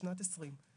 בשנת 2020,